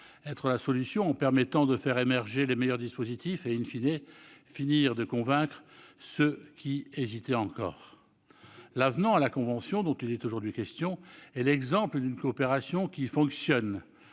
la solution en ce qu'elle permet de faire émerger les meilleurs dispositifs et,, d'achever de convaincre ceux qui hésitaient encore. L'avenant à la convention, dont il est aujourd'hui question, est l'exemple d'une coopération qui fonctionne.